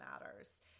matters